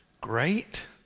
great